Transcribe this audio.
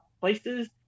places